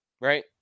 right